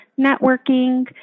networking